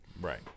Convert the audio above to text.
Right